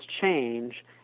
change